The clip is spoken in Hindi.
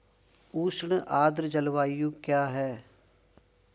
उष्ण आर्द्र जलवायु क्या है?